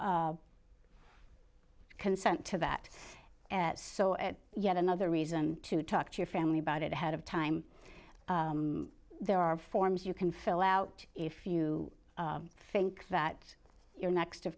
to consent to that so at yet another reason to talk to your family about it ahead of time there are forms you can fill out if you think that your next of